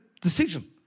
decision